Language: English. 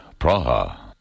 Praha